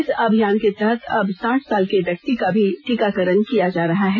इस अभियान के तहत अब साठ साल के व्यक्ति का भी टीकाकरण किया जा रहा है